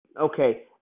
okay